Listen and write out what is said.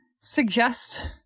suggest